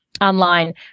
online